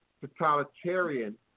totalitarian